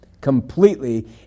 Completely